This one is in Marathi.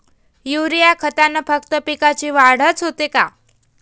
युरीया खतानं फक्त पिकाची वाढच होते का?